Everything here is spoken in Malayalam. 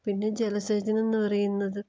പിന്നെ ജലസേചനമെന്ന് പറയുന്നത്